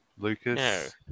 Lucas